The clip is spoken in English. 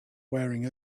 wearing